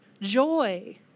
joy